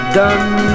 done